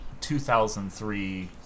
2003